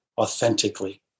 authentically